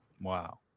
Wow